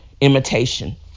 imitation